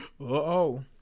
Uh-oh